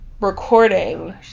recording